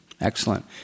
Excellent